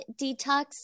Detox